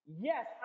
Yes